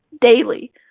daily